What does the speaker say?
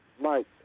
Mike